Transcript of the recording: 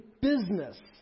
business